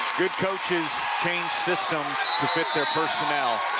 good coaches change systems to fit their personnel.